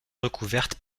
recouverte